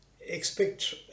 expect